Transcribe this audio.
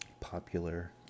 popular